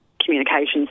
communications